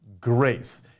grace